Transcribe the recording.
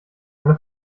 eine